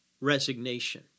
resignation